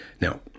Now